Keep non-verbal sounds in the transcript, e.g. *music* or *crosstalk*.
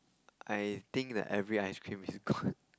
I think that every ice-cream is good *laughs*